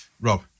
Rob